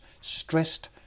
stressed